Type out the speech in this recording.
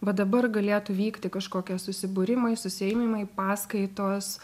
va dabar galėtų vykti kažkokie susibūrimais užsiėjimai paskaitos